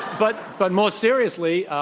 but but most seriously,